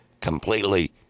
completely